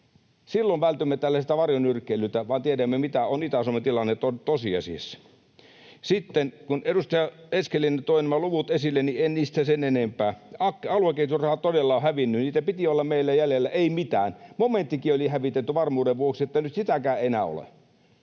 Silloin vältymme tällaiselta varjonyrkkeilyltä ja tiedämme, mikä on Itä-Suomen tilanne tosiasiassa. Sitten, kun edustaja Eskelinen toi nämä luvut esille, niin en niistä sen enempää. Aluekehitysrahaa todella on hävinnyt. Niitä piti olla meillä jäljellä — ei mitään. Momenttikin oli hävitetty varmuuden vuoksi, että nyt sitäkään ei enää ole.